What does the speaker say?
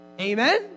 Amen